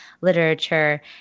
literature